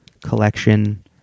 collection